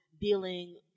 dealing